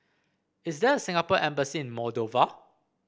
is there a Singapore Embassy Moldova